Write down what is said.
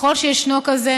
ככל שישנו כזה,